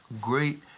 great